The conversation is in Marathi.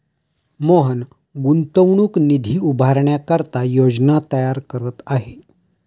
मोहन गुंतवणूक निधी उभारण्याकरिता योजना तयार करत आहे